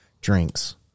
Drinks